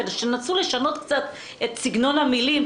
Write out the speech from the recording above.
תנסו לשנות קצת את סגנון המילים,